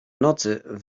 nocy